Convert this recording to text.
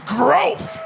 growth